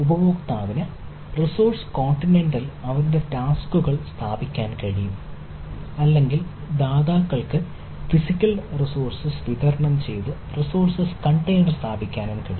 ഉപയോക്താവിന് റിസോഴ്സ് കോണ്ടിനെന്റിൽ അവരുടെ ടാസ്ക്കുകൾ സ്ഥാപിക്കാൻ കഴിയും അല്ലെങ്കിൽ ദാതാക്കൾക്ക് ഫിസിക്കൽ റിസോഴ്സസ് വിതരണം ചെയ്ത റിസോഴ്സ് കണ്ടെയ്നർ സ്ഥാപിക്കാൻ കഴിയും